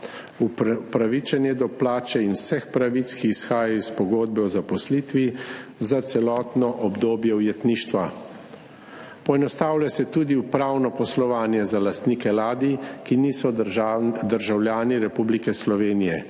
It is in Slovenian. Upravičen je do plače in vseh pravic, ki izhajajo iz pogodbe o zaposlitvi za celotno obdobje ujetništva. Poenostavlja se tudi upravno poslovanje za lastnike ladij, ki niso državljani Republike Slovenije.